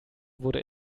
wurde